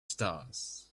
stars